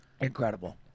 Incredible